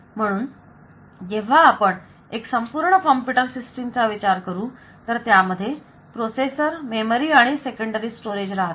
म्हणून जेव्हा आपण एक संपूर्ण कॉम्प्युटर सिस्टिम चा विचार करू तर त्यामध्ये प्रोसेसर मेमरी आणि सेकंडरी स्टोरेज राहतील